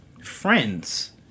friends